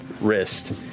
wrist